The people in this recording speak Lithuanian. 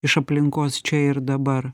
iš aplinkos čia ir dabar